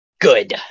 Good